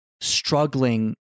struggling